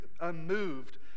unmoved